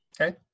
Okay